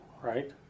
right